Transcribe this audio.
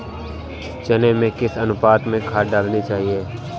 चने में किस अनुपात में खाद डालनी चाहिए?